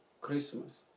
Christmas